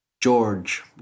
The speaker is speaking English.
George